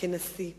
קצב כנשיא.